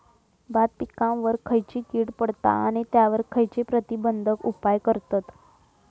भात पिकांवर खैयची कीड पडता आणि त्यावर खैयचे प्रतिबंधक उपाय करतत?